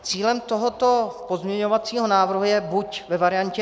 Cílem tohoto pozměňovacího návrhu je buď ve variantě